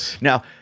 Now